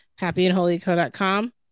happyandholyco.com